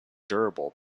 durable